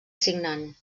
signant